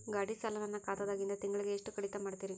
ಗಾಢಿ ಸಾಲ ನನ್ನ ಖಾತಾದಾಗಿಂದ ತಿಂಗಳಿಗೆ ಎಷ್ಟು ಕಡಿತ ಮಾಡ್ತಿರಿ?